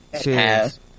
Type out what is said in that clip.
Cheers